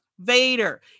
Vader